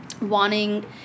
wanting